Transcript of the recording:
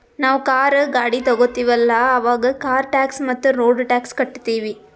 ನಾವ್ ಕಾರ್, ಗಾಡಿ ತೊಗೋತೀವಲ್ಲ, ಅವಾಗ್ ಕಾರ್ ಟ್ಯಾಕ್ಸ್ ಮತ್ತ ರೋಡ್ ಟ್ಯಾಕ್ಸ್ ಕಟ್ಟತೀವಿ